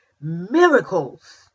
miracles